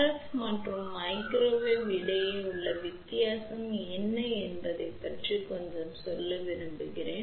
F மற்றும் microwave இடையே உள்ள வித்தியாசம் என்ன என்பதைப் பற்றி நான் கொஞ்சம் சொல்ல விரும்புகிறேன்